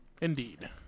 Indeed